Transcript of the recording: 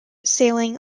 sailing